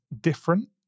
different